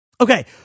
Okay